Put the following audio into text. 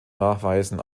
nachweisen